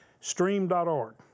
Stream.org